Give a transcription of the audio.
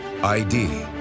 ID